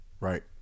Right